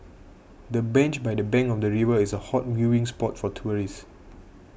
the bench by the bank of the river is a hot viewing spot for tourists